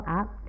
up